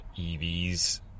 EVs